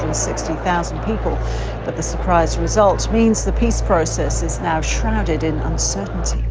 sixty thousand people. but the surprise result means the peace process is now shrouded in uncertainty.